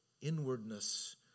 inwardness